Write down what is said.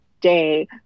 day